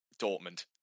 Dortmund